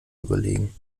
überlegen